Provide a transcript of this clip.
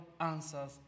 answers